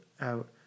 out